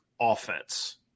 offense